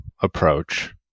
approach